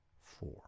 four